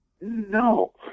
no